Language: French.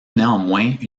néanmoins